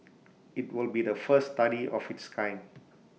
IT will be the first study of its kind